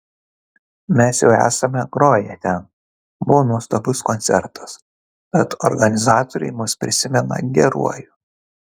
mes jau esame groję ten buvo nuostabus koncertas tad organizatoriai mus prisimena geruoju